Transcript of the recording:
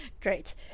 Great